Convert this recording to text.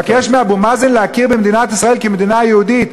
כשהוא מבקש מאבו מאזן להכיר במדינת ישראל כמדינה יהודית.